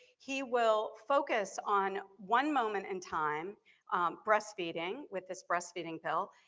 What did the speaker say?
he will focus on one moment in time breastfeeding with this breastfeeding bill.